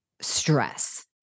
stress